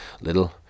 little